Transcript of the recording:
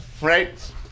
right